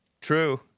true